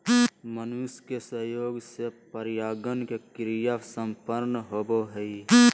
मनुष्य के सहयोग से परागण के क्रिया संपन्न होबो हइ